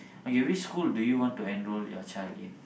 okay which school do you want to enroll your child in